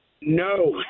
No